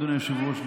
אדוני היושב-ראש,